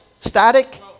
static